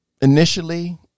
Initially